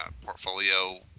portfolio